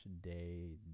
Day